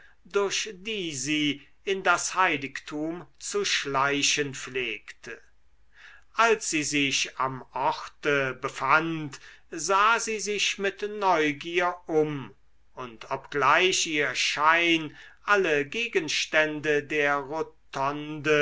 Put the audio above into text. durch die sie in das heiligtum zu schleichen pflegte als sie sich am orte befand sah sie sich mit neugier um und obgleich ihr schein alle gegenstände der rotonde